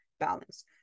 balance